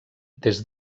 des